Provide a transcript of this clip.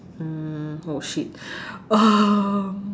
mm oh shit um